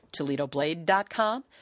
ToledoBlade.com